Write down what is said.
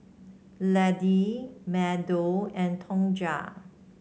Laddie Meadow and Tonja